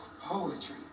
Poetry